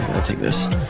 to take this